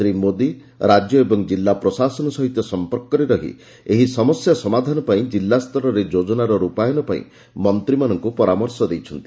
ଶ୍ରୀ ମୋଦୀ ରାଜ୍ୟ ଏବଂ ଜିଲ୍ଲା ପ୍ରଶାସନ ସହିତ ସମ୍ପର୍କରେ ରହି ଏହି ସମସ୍ୟା ସମାଧାନ ପାଇଁ ଜିଲ୍ଲା ସ୍ତରରେ ଯୋଜନାର ରୂପାୟନ ପାଇଁ ମନ୍ତ୍ରୀମାନଙ୍କୁ ପରାମର୍ଶ ଦେଇଛନ୍ତି